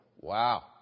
wow